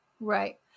Right